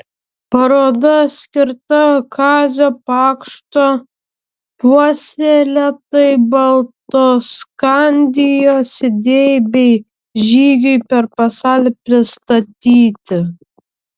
paroda skirta kazio pakšto puoselėtai baltoskandijos idėjai bei žygiui per pasaulį pristatyti